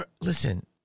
Listen